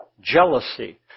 jealousy